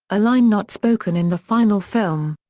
a line not spoken in the final film.